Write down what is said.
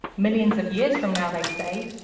millions of years from now, they say,